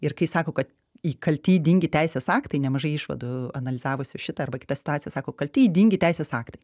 ir kai sako kad įkalti ydingi teisės aktai nemažai išvadų analizavusių šitą arba kitas situacijas sako kalti ydingi teisės aktai